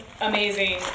amazing